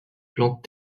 plantes